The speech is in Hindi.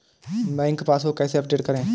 बैंक पासबुक कैसे अपडेट करें?